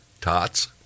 tots